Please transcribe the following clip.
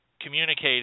communicating